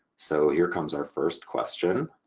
so here comes our first question.